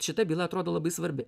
šita byla atrodo labai svarbi